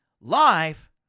life